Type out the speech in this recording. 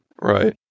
Right